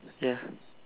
ya